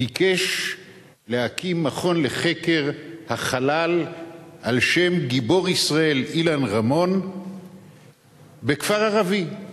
ביקש להקים מכון לחקר החלל על שם גיבור ישראל אילן רמון בכפר ערבי.